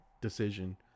decision